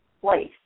place